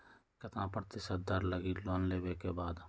कितना प्रतिशत दर लगी लोन लेबे के बाद?